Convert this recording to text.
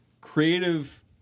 creative